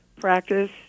practice